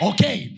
Okay